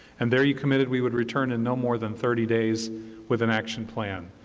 and there you committed we would return in no more than thirty days with an action plan,